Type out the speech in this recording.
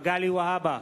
מגלי והבה,